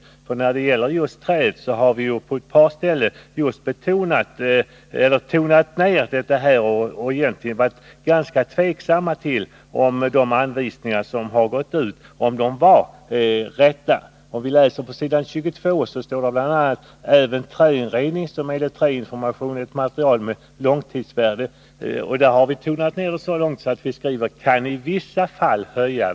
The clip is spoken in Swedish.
Vi har ju när det gäller just träet på ett par ställen tonat ned det hela och varit ganska tveksamma till om de anvisningar som gått ut var riktiga. Om vi läser på s. 22 finner vi att det bl.a. står: ”Även träinredning, som enligt Träinformation är ett material med ”långtidsvärde”, kan i vissa fall höja värdenivån.” Vi har alltså tonat ned det hela och använt orden ”i vissa fall”.